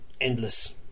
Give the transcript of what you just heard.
endless